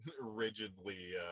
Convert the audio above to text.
rigidly